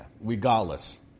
regardless